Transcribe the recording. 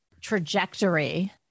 trajectory